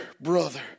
brother